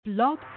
Blog